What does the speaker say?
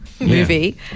movie